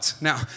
now